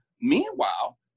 meanwhile